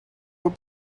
were